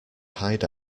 hide